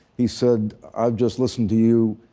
he said, i just listened to you.